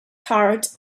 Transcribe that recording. heart